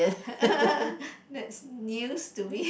that news to me